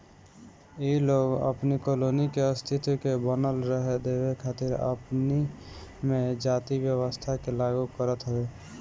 इ लोग अपनी कॉलोनी के अस्तित्व के बनल रहे देवे खातिर अपनी में जाति व्यवस्था के लागू करत हवे